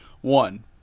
one